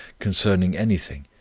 concerning anything,